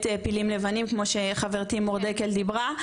פילים לבנים כמו שחברתי מור דקל דיברה,